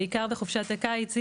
בעיקר בחופשת הקיץ,